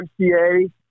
MCA